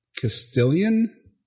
Castilian